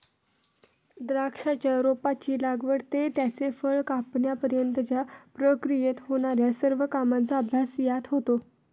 द्राक्षाच्या रोपाची लागवड ते त्याचे फळ कापण्यापर्यंतच्या प्रक्रियेत होणार्या सर्व कामांचा अभ्यास यात होतो